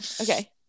okay